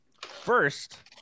first